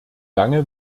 lange